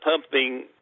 pumping